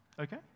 okay